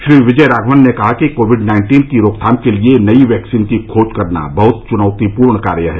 श्री विजय राघवन ने कहा कि कोविड नाइन्टीन की रोकथाम के लिए नई वैक्सीन की खोज करना बहुत चुनौतीपूर्ण कार्य है